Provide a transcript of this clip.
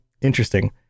Interesting